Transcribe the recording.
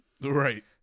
right